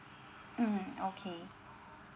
mm okay